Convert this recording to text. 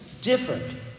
different